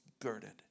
girded